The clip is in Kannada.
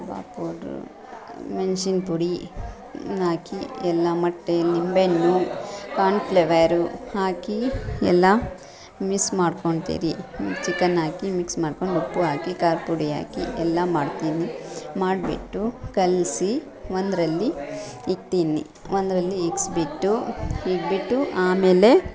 ಕಬಾಬ್ ಪೌಡ್ರು ಮೆಣಸಿನ ಪುಡಿ ಹಾಕಿ ಎಲ್ಲ ಮೊಟ್ಟೆ ನಿಂಬೆ ಹಣ್ಣು ಕಾರ್ನ್ ಫ್ಲೇವರು ಹಾಕಿ ಎಲ್ಲ ಮಿಸ್ ಮಾಡ್ಕೋತೀರಿ ಚಿಕನ್ ಹಾಕಿ ಮಿಕ್ಸ್ ಮಾಡ್ಕೊಂಡು ಉಪ್ಪು ಹಾಕಿ ಖಾರದ ಪುಡಿ ಹಾಕಿ ಎಲ್ಲ ಮಾಡ್ತೀನಿ ಮಾಡ್ಬಿಟ್ಟು ಕಲಸಿ ಒಂದರಲ್ಲಿ ಇಡ್ತೀನಿ ಒಂದರಲ್ಲಿ ಇಡ್ಸ್ಬಿಟ್ಟು ಇಟ್ಬಿಟ್ಟು ಆಮೇಲೆ